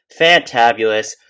fantabulous